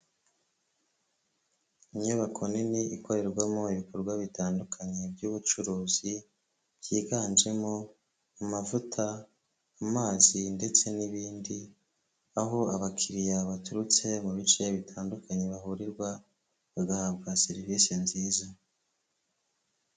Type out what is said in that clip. Inyubako nini ikorerwamo ibikorwa bitandukanye by'ubucuruzi, byiganjemo amavuta, amazi ndetse n'ibindi, aho abakiriya baturutse mu bice bitandukanye bahurirwa bagahabwa serivise nziza.